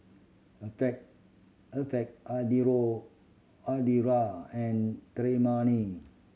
Alferd Alferd Eudora and Tremayne